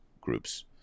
groups